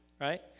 right